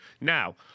Now